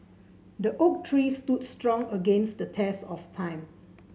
the oak tree stood strong against the test of time